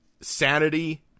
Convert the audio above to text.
sanity